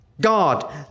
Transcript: God